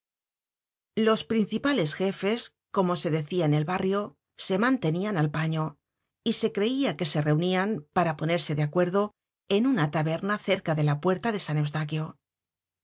los principales jefes como se decia en el barrio se mantenian al paño y se creia que se reunian para ponerse de acuerdo en una taberna cerca de la puerta de san eustaquio